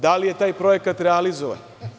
Da li je taj projekat realizovan?